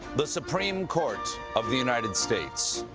but supreme court of the united states.